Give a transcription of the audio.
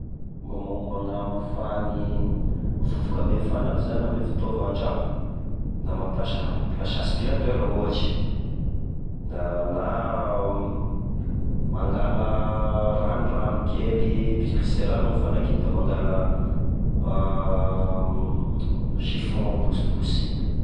Mombamomba ny hamafagnany e vovoka ame fanaky zany ame fitaova andragno na mampiasa, mampiasa aspiratera ohatra, na, na mangala rano, rano kely pisipisia rano igny fanaky igny da mangala chiffon bosibosy.